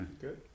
Good